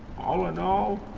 all in all,